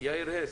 יאיר הס,